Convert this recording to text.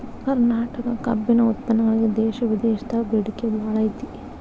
ಕರ್ನಾಟಕ ಕಬ್ಬಿನ ಉತ್ಪನ್ನಗಳಿಗೆ ದೇಶ ವಿದೇಶದಾಗ ಬೇಡಿಕೆ ಬಾಳೈತಿ